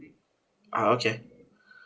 ah okay